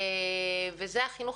וזה החינוך